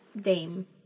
Dame